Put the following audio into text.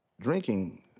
drinking